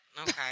Okay